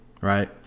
right